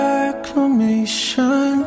acclamation